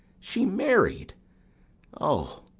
she married o,